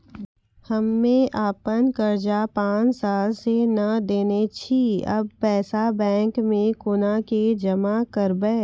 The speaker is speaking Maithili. हम्मे आपन कर्जा पांच साल से न देने छी अब पैसा बैंक मे कोना के जमा करबै?